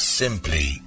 simply